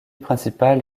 principale